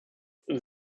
there